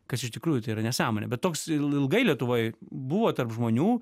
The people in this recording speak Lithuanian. kas iš tikrųjų tai yra nesąmonė bet toks ilgai lietuvoj buvo tarp žmonių